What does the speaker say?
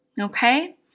Okay